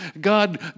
God